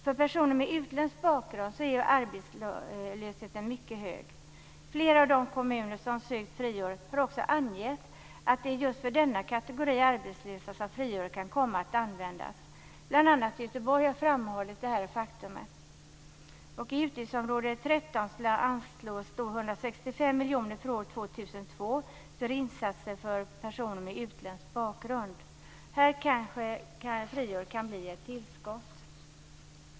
För personer med utländsk bakgrund är arbetslösheten mycket hög. Flera av de kommuner som sökt friåret har också angett att det är just för denna kategori arbetslösa som friåret kan komma att användas. Bl.a. Göteborg har framhållit detta faktum. Här kan friåret bli ett tillskott.